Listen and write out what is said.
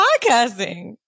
podcasting